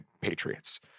Patriots